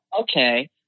okay